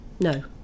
No